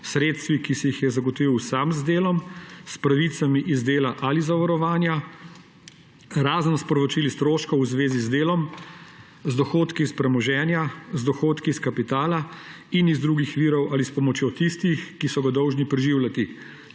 sredstvi, ki si jih je zagotovil sam z delom, s pravicami iz dela ali zavarovanja, razen s povračili stroškov v zvezi z delom, z dohodki iz premoženja, z dohodki iz kapitala in iz drugih virov ali s pomočjo tistih, ki so ga dolžni preživljati,